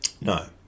No